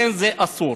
לכן זה אסור.